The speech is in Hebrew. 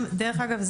דרך אגב,